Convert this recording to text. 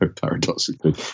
paradoxically